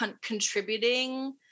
contributing